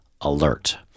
alert